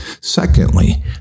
Secondly